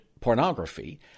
pornography